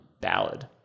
ballad